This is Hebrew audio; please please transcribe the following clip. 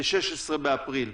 ב-16 באפריל.